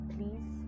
Please